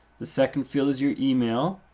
the second field is your email.